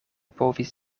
povis